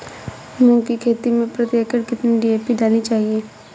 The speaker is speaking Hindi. मूंग की खेती में प्रति एकड़ कितनी डी.ए.पी डालनी चाहिए?